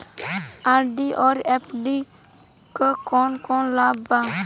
RD और FD क कौन कौन लाभ बा?